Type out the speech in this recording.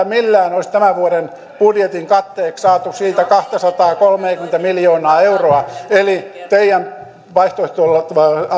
millään olisi tämän vuoden budjetin katteeksi saatu sitä kaksisataakolmekymmentä miljoonaa euroa eli teidän